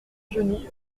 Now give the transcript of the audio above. genoux